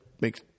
makes